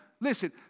Listen